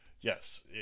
yes